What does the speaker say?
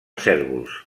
cérvols